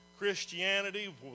Christianity